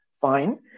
fine